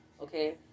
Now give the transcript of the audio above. Okay